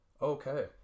okay